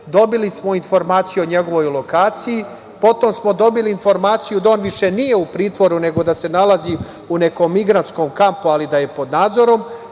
dobili smo informaciju o njegovoj lokaciji. Potom smo dobili informaciju da on više nije u pritvoru, nego da se nalazi u nekom migrantskom kampu, ali da je pod nadzorom,